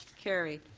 carried.